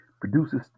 produces